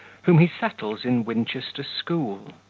whom he settles in winchester school.